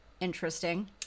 Interesting